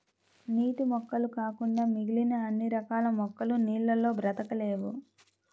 నీటి మొక్కలు కాకుండా మిగిలిన అన్ని రకాల మొక్కలు నీళ్ళల్లో బ్రతకలేవు